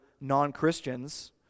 non-Christians